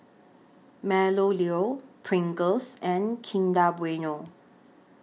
Meadowlea Pringles and Kinder Bueno